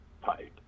pipe